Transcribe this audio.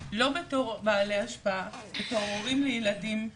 לא בתור בעלי השפעה, בתור הורים לילדים,